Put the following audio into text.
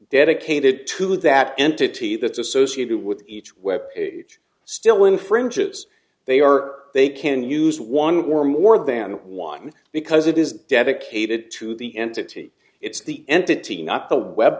dedicated to that entity that's associated with each web page still infringes they are they can use one were more than one because it is dedicated to the entity it's the entity not the web